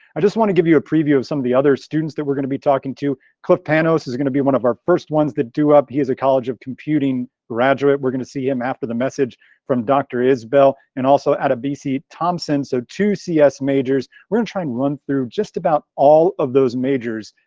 i just wanna give you a preview of some of the other students that we're gonna be talking to. cliff panos, is gonna be one of our first ones that do up, he is a college of computing graduate. we're gonna see him after the message from dr. isbell and also had a bc thompson, so two cs majors. we're gonna and try and run through just about all of those majors.